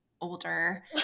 older